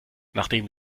nachdem